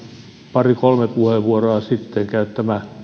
pari kolme puheenvuoroa sitten käyttämä